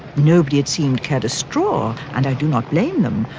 nobody had seemed cared a straw, and i do not blame them,